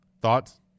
thoughts